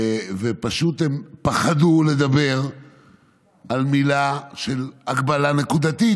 ופשוט הם פחדו לדבר מילה על הגבלה נקודתית,